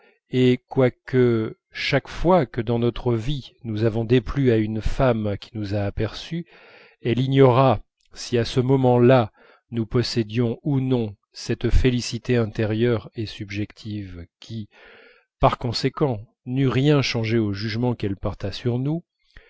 et quoique chaque fois que dans notre vie nous avons déplu à une femme qui nous a aperçu elle ignorât si à ce moment-là nous possédions ou non cette félicité intérieure et subjective qui par conséquent n'eût rien changé au jugement qu'elle porta sur nous